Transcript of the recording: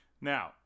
Now